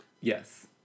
Yes